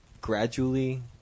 gradually